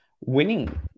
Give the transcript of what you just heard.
winning